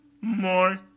more